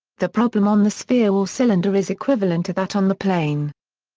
the problem on the sphere or cylinder is equivalent to that on the plane.